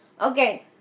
okay